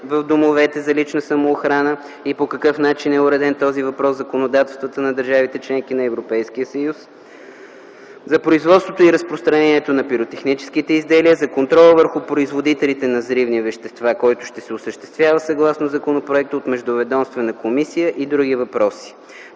в домовете за лична самоохрана и по какъв начин е уреден този въпрос в законодателствата на държавите – членки на Европейския съюз, за производството и разпространението на пиротехническите изделия, за контрола върху производителите на взривни вещества, който ще се осъществява съгласно законопроекта от междуведомствена комисия и други въпроси.